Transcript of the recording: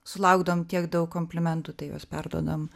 sulaukdavom tiek daug komplimentų tai juos perduodam